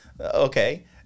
okay